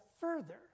further